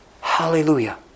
Hallelujah